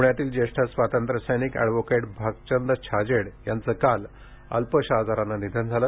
निधन प्ण्यातील ज्येष्ठ स्वातंत्र्यसैनिक ऍडव्होकेट भाकचंद छाजेड यांचे काल अल्पशा आजाराने निधन झाले